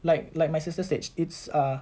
like like my sister said it's err